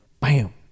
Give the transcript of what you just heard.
bam